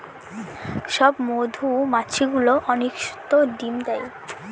সব মধুমাছি গুলো অনিষিক্ত ডিম দেয়